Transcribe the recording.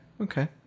Okay